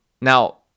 Now